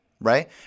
Right